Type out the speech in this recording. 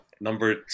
Number